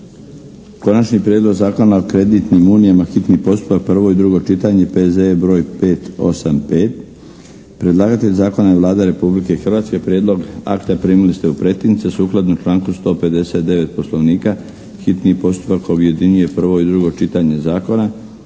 Konačni prijedlog Zakona o kreditnim unijama, hitni postupak - prvo i drugo čitanje, P.Z.E. br. 585 Predlagatelj zakona je Vlada Republike Hrvatske. Prijedlog akta primili ste u pretince. Sukladno članku 159. Poslovnika hitni postupak objedinjuje prvo i drugo čitanje zakona.